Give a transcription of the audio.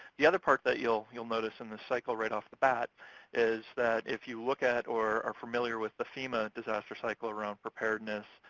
the other part that you'll you'll notice in this cycle right off the bat is that if you look at or are familiar with the fema disaster cycle around preparedness,